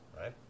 Right